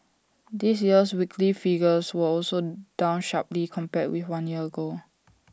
this year's weekly figures were also down sharply compared with one year ago